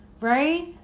right